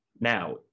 Now